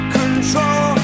control